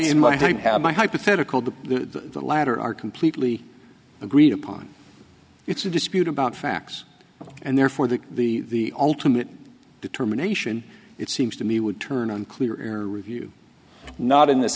have my hypothetical to the latter are completely agreed upon it's a dispute about facts and therefore that the ultimate determination it seems to me would turn on clear review not in this